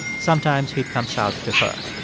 sometimes he'd come south to her.